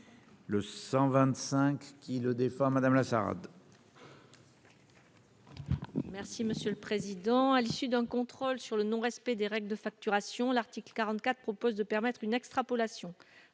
qui le défend Madame salade. Merci monsieur le président, à l'issue d'un contrôle sur le non respect des règles de facturation, l'article 44 propose de permettre une extrapolation